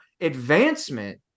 advancement